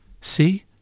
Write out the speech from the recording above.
See